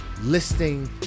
listing